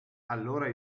allora